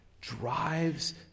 drives